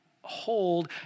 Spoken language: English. hold